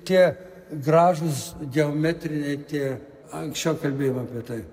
tie gražūs geometriniai tie anksčiau kalbėjom apie tai